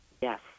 Yes